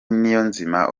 niyonzima